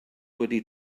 wedi